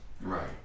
right